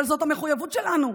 אבל זאת המחויבות שלנו.